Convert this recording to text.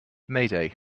mayday